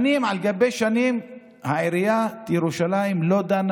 שנים על גבי שנים עיריית ירושלים לא דנה